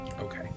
Okay